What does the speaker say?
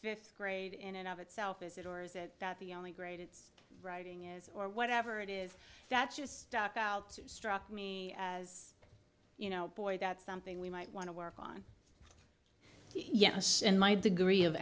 fifth grade in and of itself is it or is it that the only grade it's writing is or whatever it is that's just stuck out struck me as you know boy that's something we might want to work on yes in my degree of